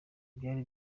byari